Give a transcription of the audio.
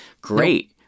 Great